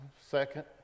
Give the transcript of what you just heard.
second